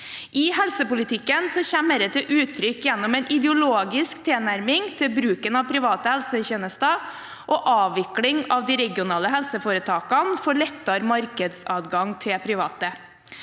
I helsepolitikken kommer dette til uttrykk gjennom en ideologisk tilnærming til bruken av private helsetjenester og avvikling av de regionale helseforetakene, for å gi lettere markedsadgang til private